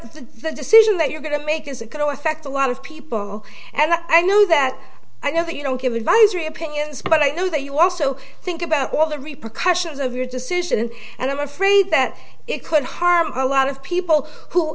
the decision that you're going to make is going to affect a lot of people and i know that i know that you don't give advisory opinions but i know that you also think about all the repercussions of your decision and i'm afraid that it could harm a lot of people who